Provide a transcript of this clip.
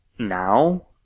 now